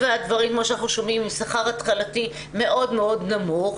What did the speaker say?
הדברים כמו שאנחנו שומעים השכר ההתחלתי הוא מאוד מאוד נמוך,